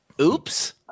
Oops